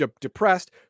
depressed